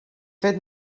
fet